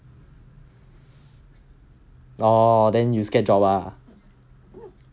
oh then you scared drop ah